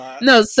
No